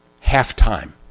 half-time